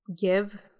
give